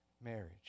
marriage